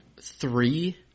Three